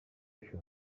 això